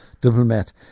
diplomat